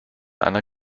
einer